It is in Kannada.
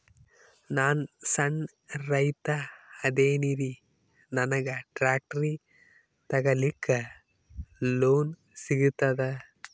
ನಾನ್ ಸಣ್ ರೈತ ಅದೇನೀರಿ ನನಗ ಟ್ಟ್ರ್ಯಾಕ್ಟರಿ ತಗಲಿಕ ಲೋನ್ ಸಿಗತದ?